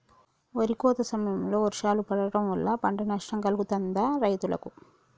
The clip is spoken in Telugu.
వరి కోత సమయంలో వర్షాలు పడటం వల్ల పంట నష్టం కలుగుతదా రైతులకు?